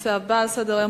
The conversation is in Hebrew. הנושא הבא על סדר-היום,